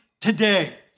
today